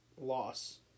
loss